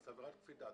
זו עבירת קפידה.